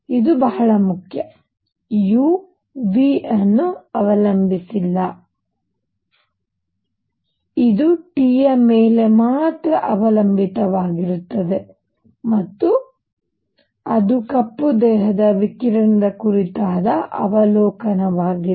ಇದು ಬಹಳ ಮುಖ್ಯ U V ಅನ್ನು ಅವಲಂಬಿಸಿಲ್ಲ ಇದು T ಯ ಮೇಲೆ ಮಾತ್ರ ಅವಲಂಬಿತವಾಗಿರುತ್ತದೆ ಮತ್ತು ಅದು ಕಪ್ಪು ದೇಹದ ವಿಕಿರಣದ ಕುರಿತಾದ ಅವಲೋಕನವಾಗಿದೆ